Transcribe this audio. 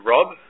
Rob